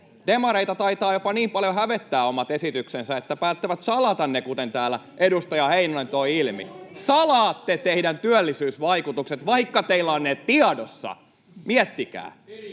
Demareita taitaa jopa niin paljon hävettää omat esityksensä, että päättävät salata ne, kuten täällä edustaja Heinonen toi ilmi. Salaatte teidän työllisyysvaikutukset, vaikka teillä ovat ne tiedossa — miettikää.